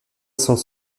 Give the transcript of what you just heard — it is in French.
sans